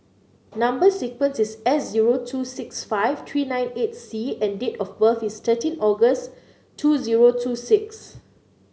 number sequence is S zero two six five three nine eight C and date of birth is thirteen August two zero two six